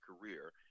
career